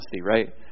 right